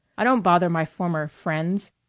i don't bother my former friends.